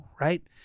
Right